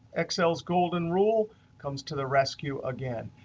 excel's golden rule comes to the rescue again.